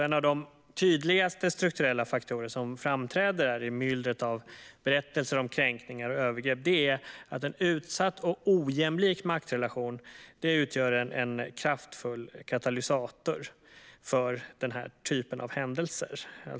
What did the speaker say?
En av de tydligaste strukturella faktorer som framträder i myllret av berättelser om kränkningar och övergrepp är att en utsatt och ojämlik maktrelation utgör en kraftfull katalysator för denna typ av händelser.